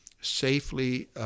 safely